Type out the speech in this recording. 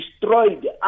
destroyed